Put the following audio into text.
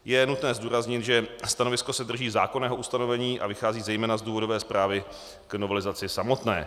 Je nutné zdůraznit, že stanovisko se drží zákonného ustanovení a vychází zejména z důvodové zprávy k novelizaci samotné.